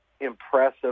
impressive